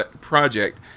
project